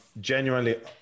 genuinely